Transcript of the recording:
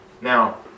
Now